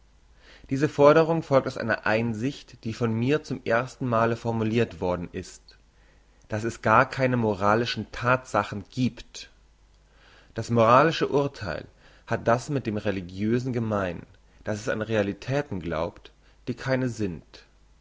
diese forderung folgt aus einer einsicht die von mir zum ersten male formulirt worden ist dass es gar keine moralischen thatsachen giebt das moralische urtheil hat das mit dem religiösen gemein dass es an realitäten glaubt die keine sind